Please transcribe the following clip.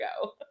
go